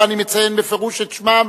ואני מציין בפירוש את שמם,